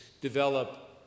develop